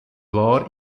war